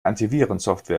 antivirensoftware